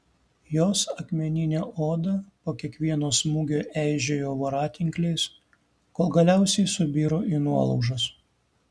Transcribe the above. jos akmeninė oda po kiekvieno smūgio eižėjo voratinkliais kol galiausiai subiro į nuolaužas